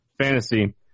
fantasy